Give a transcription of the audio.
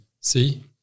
see